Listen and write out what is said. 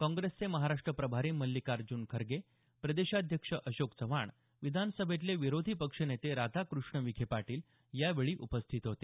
काँग्रेसचे महाराष्ट्र प्रभारी मल्लिकार्ज्न खरगे प्रदेशाध्यक्ष अशोक चव्हाण विधानसभेतले विरोधी पक्ष नेते राधाकृष्ण विखे पाटील यावेळी उपस्थित होते